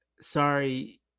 sorry